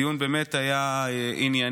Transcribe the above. הדיון באמת היה ענייני.